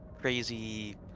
crazy